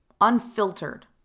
unfiltered